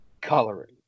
Coloring